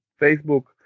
facebook